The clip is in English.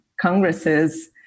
congresses